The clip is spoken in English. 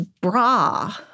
bra